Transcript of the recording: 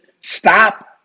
stop